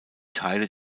teile